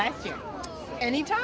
last year any time